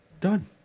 Done